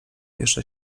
jeszcze